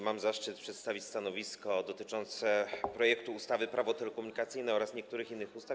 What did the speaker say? Mam zaszczyt przedstawić stanowisko dotyczące projektu ustawy Prawo telekomunikacyjne oraz niektórych innych ustaw.